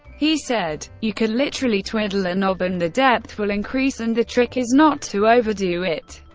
he said, you can literally twiddle a knob and the depth will increase, and, the trick is not to overdo it.